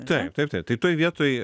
taip taip taip tai toj vietoj